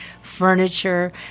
furniture